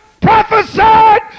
prophesied